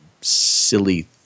silly